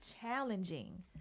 challenging